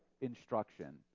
instruction